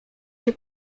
się